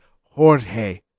Jorge